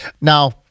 Now